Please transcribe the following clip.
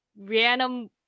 random